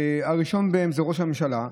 הראשון בהם הוא ראש הממשלה,